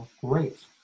Great